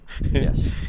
Yes